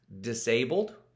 disabled